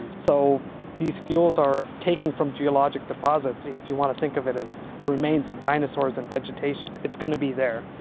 so these fuels are taken from geologic deposits, and you know if you want to think of it as the remains of dinosaurs and vegetation, it's going to be there.